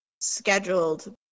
scheduled